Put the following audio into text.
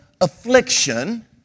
affliction